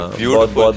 beautiful